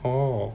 oh